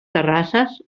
terrasses